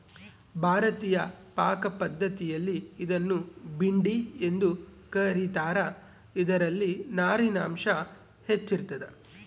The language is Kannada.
ಭಾರತೀಯ ಪಾಕಪದ್ಧತಿಯಲ್ಲಿ ಇದನ್ನು ಭಿಂಡಿ ಎಂದು ಕ ರೀತಾರ ಇದರಲ್ಲಿ ನಾರಿನಾಂಶ ಹೆಚ್ಚಿರ್ತದ